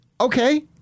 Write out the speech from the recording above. Okay